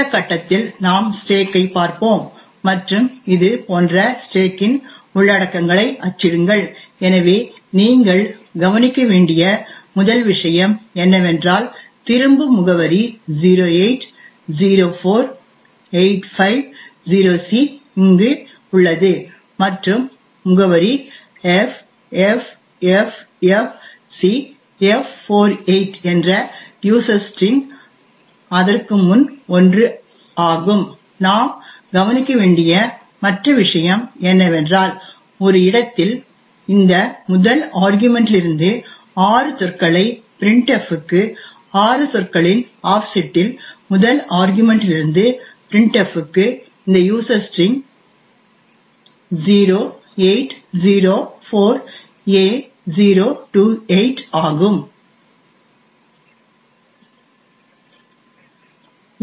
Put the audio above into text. இந்த கட்டத்தில் நாம் ஸ்டேக்கைப் பார்ப்போம் மற்றும் இது போன்ற ஸ்டேக்கின் உள்ளடக்கங்களை அச்சிடுங்கள் எனவே நீங்கள் கவனிக்க வேண்டிய முதல் விஷயம் என்னவென்றால் திரும்பும் முகவரி 0804850C இங்கே உள்ளது மற்றும் முகவரி ffffcf48 என்ற யூசர் ஸ்டிரிங் அதற்கு முன் 1 ஆகும் நாம் கவனிக்க வேண்டிய மற்ற விஷயம் என்னவென்றால் ஒரு இடத்தில் இந்த முதல் ஆர்கியுமென்ட்டிலிருந்து 6 சொற்களை printf க்கு 6 சொற்களின் ஆஃப்செட்டில் முதல் ஆர்கியுமென்ட்டிலிருந்து printf க்கு இந்த யூசர் ஸ்டிரிங் 0804a028 ஆகும்